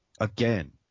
again